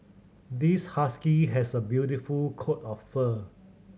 this husky has a beautiful coat of fur